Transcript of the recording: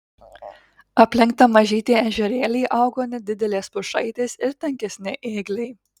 aplink tą mažytį ežerėlį augo nedidelės pušaitės ir tankesni ėgliai